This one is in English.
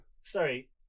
Sorry